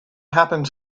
happened